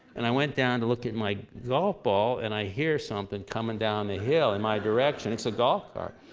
and i went down to look at my golf ball, and i hear something coming down the hill in my direction. it's a golf cart.